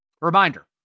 Reminder